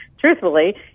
truthfully